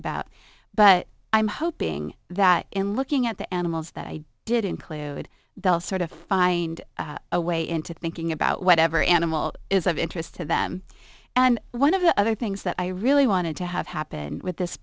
about but i'm hoping that in looking at the animals that i did include they'll sort of find a way into thinking about whatever animal is of interest to them and one of the other things that i really wanted to have happen with this